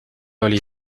oli